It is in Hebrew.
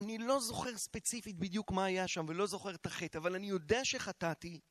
אני לא זוכר ספציפית בדיוק מה היה שם ולא זוכר את החטא, אבל אני יודע שחטאתי